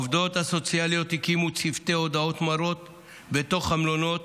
העובדות הסוציאליות הקימו צוותי הודעות מרות בתוך המלונות,